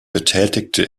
betätigte